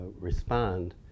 respond